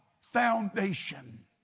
foundation